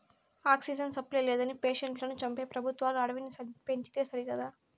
oxygen supply లేదని పేషెంట్లను చంపే పెబుత్వాలు అడవిని పెంచితే సరికదా